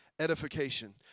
Edification